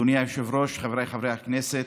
אדוני היושב-ראש, חבריי חברי הכנסת,